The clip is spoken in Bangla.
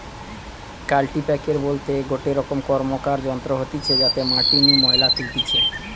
কাল্টিপ্যাকের বলতে গটে রকম র্কমকার যন্ত্র হতিছে যাতে মাটি নু ময়লা তুলতিছে